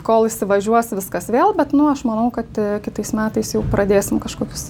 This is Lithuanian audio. kol įsivažiuos viskas vėl bet nu aš manau kad kitais metais jau pradėsim kažkokius